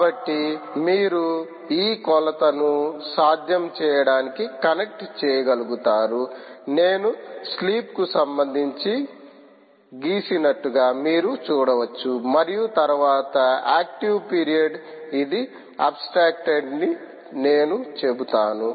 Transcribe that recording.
కాబట్టి మీరు ఈ కొలతను సాధ్యం చేయడానికి కనెక్ట్ చేయగలుగుతారు నేను స్లీప్కు సంబంధించి గీసినట్లుగా మీరు చూడవచ్చు మరియు తరువాత ఆక్టివ్ పీరియడ్ ఇది అబ్స్ట్రాక్ట్డ్ ని నేను చెబుతాను